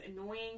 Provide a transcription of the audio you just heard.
annoying